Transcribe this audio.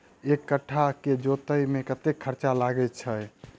एक कट्ठा केँ जोतय मे कतेक खर्चा लागै छै?